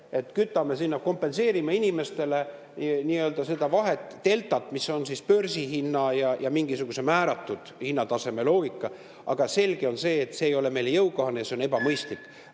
kütame sinna, kompenseerime inimestele seda vahet, deltat, mis on börsihinna ja mingisuguse määratud hinnataseme loogika. Aga selge on see, et see ei ole meile jõukohane ja oleks ebamõistlik